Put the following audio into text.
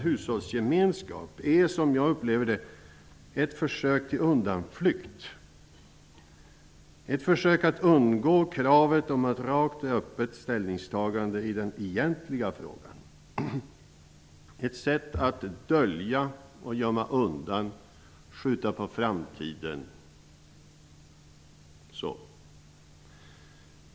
hushållsgemenskap är, såvitt jag uppfattar det, ett försök till undanflykt. Det är ett försök att undgå kravet på ett rakt och öppet ställningstagande i den egentliga frågan. Det är ett sätt att dölja, gömma undan och skjuta frågan på framtiden.